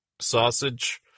sausage